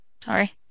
Sorry